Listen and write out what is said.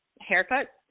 haircut